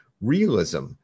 realism